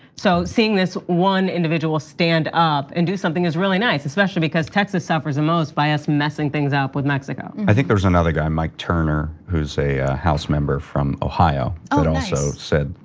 so seeing this one individual stand up and do something is really nice, especially because texas suffers the most by us messing things up with mexico. i think there was another guy, mike turner, who's a house member from ohio but also said,